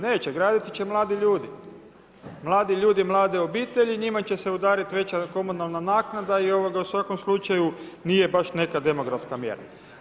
Neće, graditi će mladi ljudi, mladi ljudi, mlade obitelji, njima će se udariti veća komunalna naknada i u svakom slučaju nije baš neke demografska mjera.